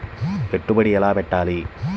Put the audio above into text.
పెట్టుబడి ఎలా పెట్టాలి?